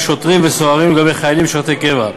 שוטרים וסוהרים ולגבי חיילים משרתי קבע.